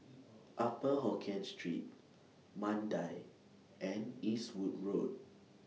Upper Hokkien Street Mandai and Eastwood Road